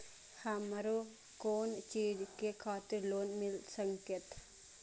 हमरो कोन चीज के खातिर लोन मिल संकेत?